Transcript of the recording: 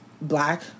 black